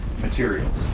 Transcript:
materials